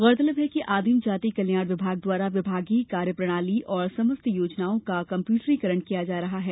गौरतलब है कि आदिम जाति कल्याण विभाग द्वारा विभागीय कार्य प्रणाली और समस्त योजनाओं का कम्प्यूटरीकरण किया जा रहा है